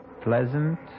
pleasant